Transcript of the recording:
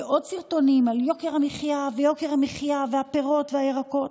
ועוד סרטונים על יוקר המחיה והפירות והירקות.